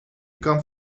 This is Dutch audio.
kan